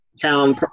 town